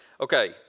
Okay